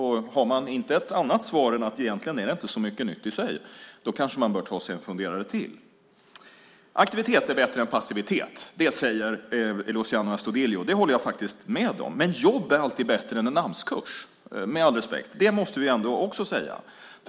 Har man inget annat svar än att det egentligen inte är så mycket nytt i sig bör man kanske ta sig en funderare till. Aktivitet är bättre än passivitet, säger Luciano Astudillo. Det håller jag med om. Men jobb är alltid bättre än en Amskurs - med all respekt. Det måste vi ändå också säga.